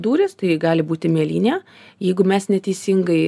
dūris tai gali būti mėlynė jeigu mes neteisingai